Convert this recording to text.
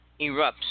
erupts